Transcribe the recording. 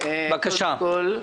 קודם כול,